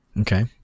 Okay